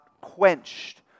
quenched